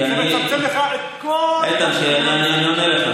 זה מצמצם לך את כל, איתן, אני עונה לך.